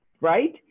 right